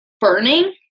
burning